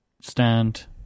stand